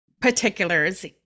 particulars